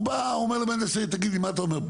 הוא בא ואומר למהנדס העיר תגיד לי מה אתה אומר?